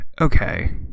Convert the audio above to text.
okay